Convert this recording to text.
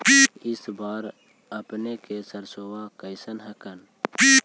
इस बार अपने के सरसोबा कैसन हकन?